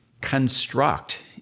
construct